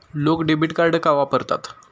लोक debit card का वापरतात?